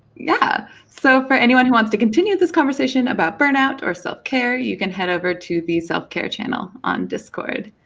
yeah so for anyone who wants to continue this conversation about burnout or self-care, you can head over to the self-care channel on discord.